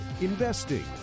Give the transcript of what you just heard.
investing